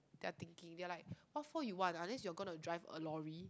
their thinking they're like what for you want ah unless you're gonna drive a lorry